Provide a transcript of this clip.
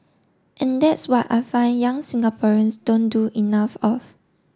and that's what I find young Singaporeans don't do enough of